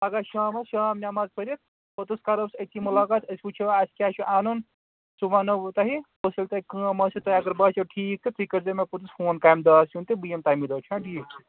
پگاہ شامَس شام نماز پٕرِتھ پوتُس کَرَو أسۍ أتھۍ مُلاقات أسۍ وُچھٕو اَسہِ کیٛاہ چھِ اَنُن سُہ وَنَو بہٕ تۄہہِ تۄہہِ کٲم آسیو تۄہہِ اَگر باسیو ٹھیٖک تہٕ تیٚلہِ کٔرِزیٚو مےٚ پوٚتُس فون تہٕ کٔمۍ دوہ آسہِ یُن تہٕ بہٕ یِمہٕ تٔمی دۄہ چھا ٹھیٖک